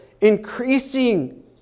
increasing